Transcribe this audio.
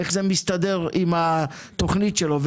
איך זה מסתדר עם התוכנית שלו.